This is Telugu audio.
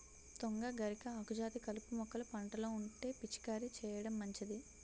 తుంగ, గరిక, ఆకుజాతి కలుపు మొక్కలు పంటలో ఉంటే పిచికారీ చేయడం మంచిది